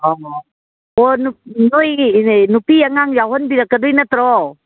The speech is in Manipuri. ꯑꯣ ꯍꯣꯏ ꯅꯣꯏ ꯅꯨꯄꯤ ꯑꯉꯥꯡ ꯌꯥꯎꯍꯟꯕꯤꯔꯛꯀꯗꯣꯏ ꯅꯠꯇ꯭ꯔꯣ